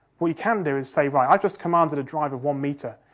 what you can do is say, right, i've just commanded a drive of one metre,